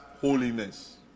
holiness